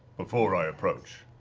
before i approach.